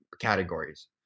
categories